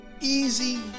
Easy